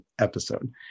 episode